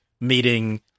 meeting